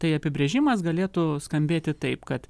tai apibrėžimas galėtų skambėti taip kad